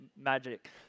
magic